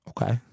Okay